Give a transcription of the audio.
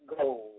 gold